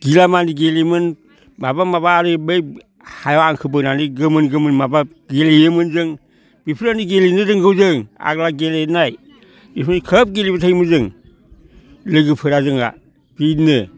गिलामानि गेलेयोमोन माबा माबा आरो बै हायाव हांखो बोनानै गोमोन गोमोन माबा गेलेयोमोन जों बेफोरबायदि गेलेनो रोंगौ जों आगोलो गेलेनाय बेखौनो खोब गेलेबाय थायोमोन जों लोगोफोरा जोंना बिदिनो